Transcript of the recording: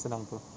senang apa